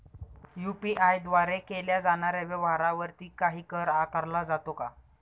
UPI द्वारे केल्या जाणाऱ्या व्यवहारावरती काही कर आकारला जातो का?